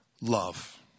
love